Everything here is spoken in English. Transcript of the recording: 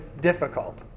difficult